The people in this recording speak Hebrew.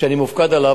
שאני מופקד עליו.